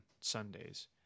Sundays